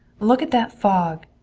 look at that fog!